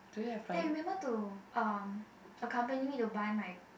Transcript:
eh remember to uh accompany me to buy my